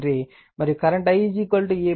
మరియు current I E R తెలిసిన emf R